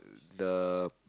the